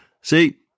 See